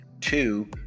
Two